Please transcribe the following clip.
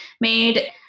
made